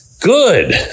Good